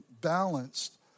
balanced